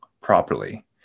properly